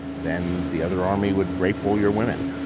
then the other army would rape all your women.